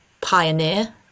pioneer